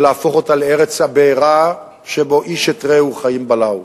ולהפוך אותה לארץ הבעירה שבה איש את רעהו חיים בלעו.